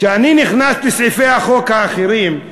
כשאני נכנס לסעיפי החוק האחרים,